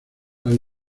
las